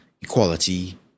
equality